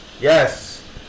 yes